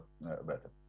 better